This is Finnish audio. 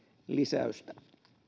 lisäystä